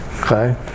okay